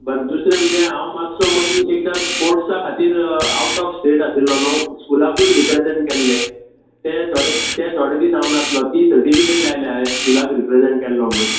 बरें दुसरें म्हणजे हांव मातसो मदीं एकदां स्पोट्सा खातीर आवट ऑफ स्टेट आशिल्लो न्हय स्कुलाकूच रिप्रजॅण केल्लें ते थोडे ते थोडे दीस हांव नासलो ती सटिफिकेट लायल्या हांवें स्कुलाक रिप्रजॅण केल्लो म्हुणून